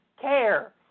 care